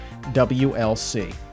WLC